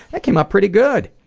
that came out pretty good.